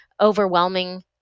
overwhelming